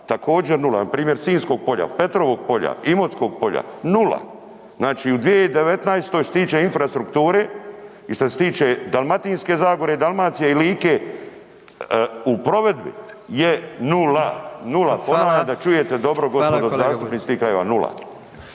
također nula, npr. Sinjskog polja, Petrovog polja, Imotskog polja, nula. Znači u 2019. što se tiče infrastrukture i što se tiče Dalmatinske zagore i Dalmacije i Like u provedbi je nula, nula, ponavljam vas da čujete dobro gospodo zastupnici iz tih krajeva, nula.